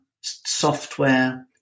software